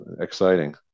exciting